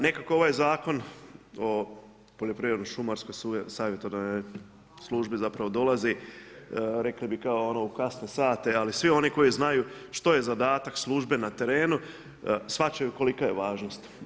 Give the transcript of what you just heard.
Nekako ovaj Zakon o poljoprivredno-šumarskoj savjetodavnoj službi dolazi rekli bi kao ono u kasne sate, ali svi oni koji znaju što je zadatak službe na terenu shvaćaju kolika je važnost.